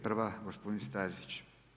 Prva gospodin Stazić.